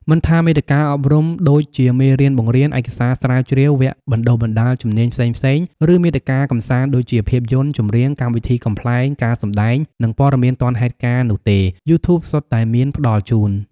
មិនថាមាតិកាអប់រំដូចជាមេរៀនបង្រៀន ឯកសារស្រាវជ្រាវ វគ្គបណ្តុះបណ្តាលជំនាញផ្សេងៗ ឬមាតិកាកម្សាន្តដូចជាភាពយន្ត ចម្រៀង កម្មវិធីកំប្លែង ការសម្ដែង និងព័ត៌មានទាន់ហេតុការណ៍នោះទេ យូធូបសុទ្ធតែមានផ្តល់ជូន។